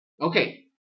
Okay